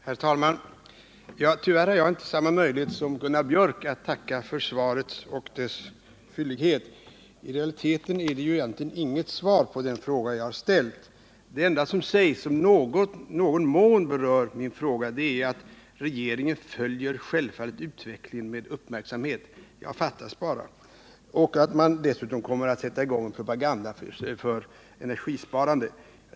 Herr talman! Tyvärr har jag inte möjlighet att som Gunnar Biörck i Värmdö tacka för svarets fyllighet. I realiteten har jag egentligen inte fått något svar på den fråga jag ställde. Det enda som sägs i svaret som i någon mån berör min fråga är att regeringen ”Tföljer självfallet utvecklingen på den internationella oljemarknaden med stor uppmärksamhet” —ja, fattas bara! Det sägs också att regeringen kommer att sätta i gång en propagandakampanj för energisparande.